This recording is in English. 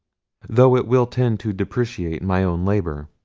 though it will tend to depreciate my own labour.